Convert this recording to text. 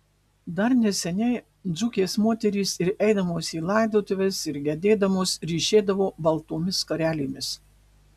dar neseniai dzūkės moterys ir eidamos į laidotuves ir gedėdamos ryšėdavo baltomis skarelėmis